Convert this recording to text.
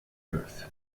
earth